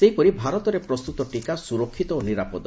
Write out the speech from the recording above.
ସେହିପରି ଭାରତରେ ପ୍ରସ୍ତୁତ ଟିକା ସୁରକ୍ଷିତ ଓ ନିରାପଦ